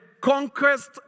conquest